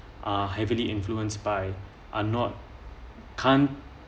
uh heavily influenced by are not can't